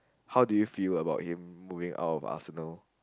how do you feel about him moving out of Arsenal